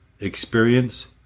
experience